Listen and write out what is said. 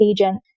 agent